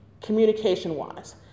communication-wise